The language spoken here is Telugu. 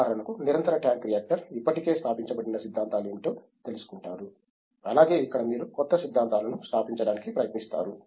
ఉదాహరణకు నిరంతర ట్యాంక్ రియాక్టర్ ఇప్పటికే స్థాపించబడిన సిద్ధాంతాలు ఏమిటో తెలుసుకుంటారు అలాగే ఇక్కడ మీరు క్రొత్త సిద్ధాంతాలను స్థాపించడానికి ప్రయత్నిస్తారు